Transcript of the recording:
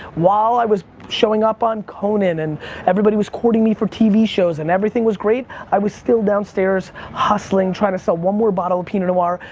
while i was showing up on conan and everybody was quoting me for tv shows and everything was great, i was still downstairs hustling, trying to sell one more bottle of pinot noir.